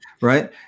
Right